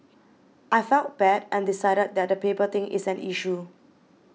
I felt bad and decided that the paper thing is an issue